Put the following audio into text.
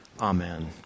amen